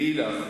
דעי לך,